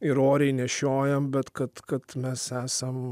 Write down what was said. ir oriai nešiojam bet kad kad mes esam